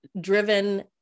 driven